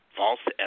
false